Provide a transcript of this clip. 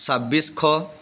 ছাব্বিছশ